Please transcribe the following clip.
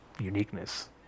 uniqueness